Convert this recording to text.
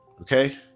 okay